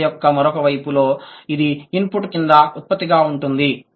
ఈ కథ యొక్క మరొక వైపు లో ఇది ఇన్పుట్ క్రింద ఉత్పత్తి గా ఉంటుంది